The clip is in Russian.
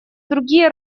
другие